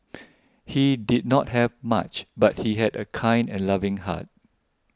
he did not have much but he had a kind and loving heart